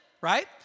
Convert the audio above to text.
right